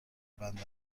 بندر